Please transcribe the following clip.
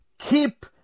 keep